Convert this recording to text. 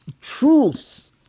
truth